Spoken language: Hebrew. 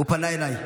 הוא פנה אליי.